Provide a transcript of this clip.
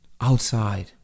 outside